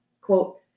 quote